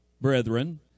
brethren